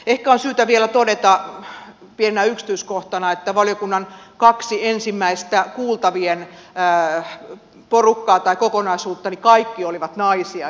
ehkä on syytä vielä todeta pienenä yksityiskohtana että valiokunnan kaksi ensimmäistä kuultavien porukkaa tai kokonaisuutta olivat kaikki naisia